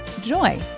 joy